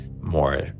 more